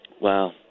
Wow